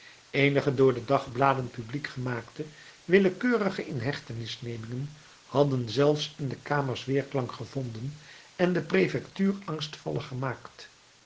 eenige door de dagbladen publiek gemaakte willekeurige inhechtenisnemingen hadden zelfs in de kamers weerklank gevonden en de prefectuur angstvallig gemaakt